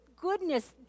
goodness